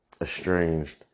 estranged